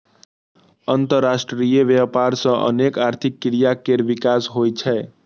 अंतरराष्ट्रीय व्यापार सं अनेक आर्थिक क्रिया केर विकास होइ छै